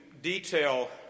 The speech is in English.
detail